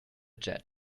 jet